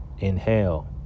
Inhale